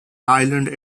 island